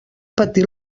patir